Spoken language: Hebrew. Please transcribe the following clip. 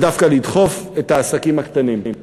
זה דווקא לדחוף את העסקים הקטנים.